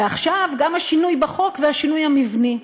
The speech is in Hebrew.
ועכשיו גם השינוי בחוק והשינוי המבני,